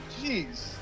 Jeez